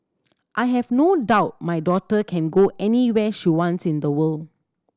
I have no doubt my daughter can go anywhere she wants in the world